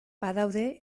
badaude